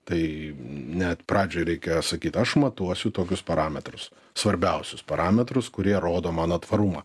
tai net pradžioj reikėjo sakyt aš matuosiu tokius parametrus svarbiausius parametrus kurie rodo mano tvarumą